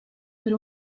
per